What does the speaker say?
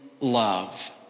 love